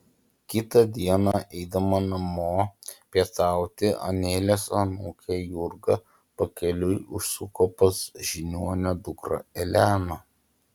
kitą dieną eidama namo pietauti anelės anūkė jurga pakeliui užsuko pas žiniuonio dukrą eleną